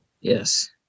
Yes